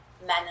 men